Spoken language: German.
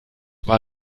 war